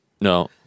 no